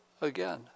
again